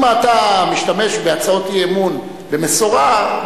אם אתה משתמש בהצעות אי-אמון במשורה,